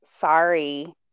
sorry